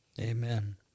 Amen